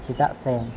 ᱪᱮᱫᱟᱜ ᱥᱮ